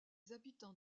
habitants